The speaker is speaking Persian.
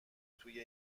توی